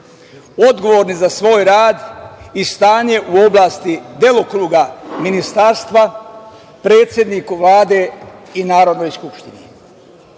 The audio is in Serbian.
odgovorni za svoj rad i stanje u oblasti delokruga ministarstva predsedniku Vlade i Narodnoj skupštini. Nije